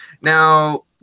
Now